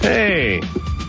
Hey